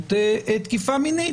נפגעות תקיפה מינית?